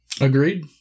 Agreed